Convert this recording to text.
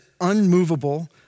unmovable